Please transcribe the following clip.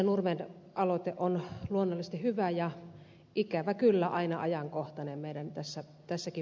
nurmen aloite on luonnollisesti hyvä ja ikävä kyllä aina ajankohtainen meillä tässäkin päivässä